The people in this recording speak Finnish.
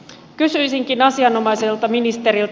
kysyisinkin asianomaiselta ministeriltä